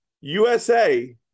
USA